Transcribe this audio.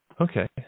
Okay